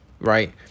right